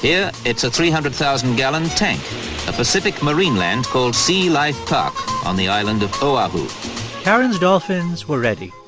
yeah it's a three hundred thousand gallon tank a pacific marine land called sea life park on the island of oahu karen's dolphins were ready.